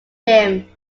him